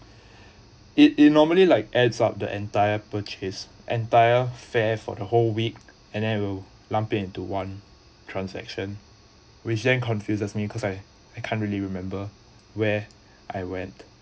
it it normally like adds up the entire purchase entire fare for the whole week and will lumping into one transaction which then confuses me cause I I can't really remember where I went